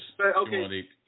Okay